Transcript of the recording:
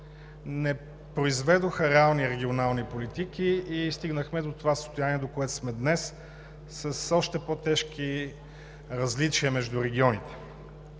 не произведоха реални регионални политики и стигнахме до това състояние, до което сме днес, с още по-тежки различия между регионите.